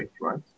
right